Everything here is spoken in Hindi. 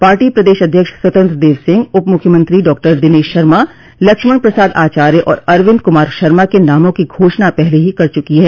पार्टी प्रदेश अध्यक्ष स्वतंत्र दव सिंह उप मुख्यमंत्री डॉक्टर दिनेश शर्मा लक्षमण प्रसाद आचार्य और अरविन्द कुमार शर्मा के नामों की घोषणा पहले ही कर चुकी है